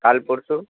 কাল পরশু